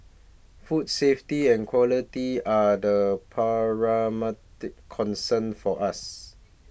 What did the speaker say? food safety and quality are the paramount concern for us